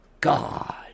God